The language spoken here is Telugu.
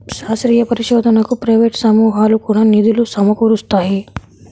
శాస్త్రీయ పరిశోధనకు ప్రైవేట్ సమూహాలు కూడా నిధులు సమకూరుస్తాయి